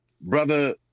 brother